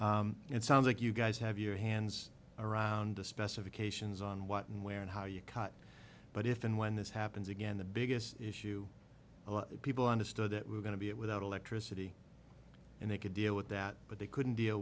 it sounds like you guys have your hands around the specifications on what and where and how you cut but if and when this happens again the biggest issue a lot of people understood it was going to be it without electricity and they could deal with that but they couldn't deal